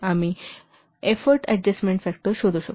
आम्ही effort adjustment factor शोधू शकतो